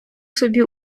собі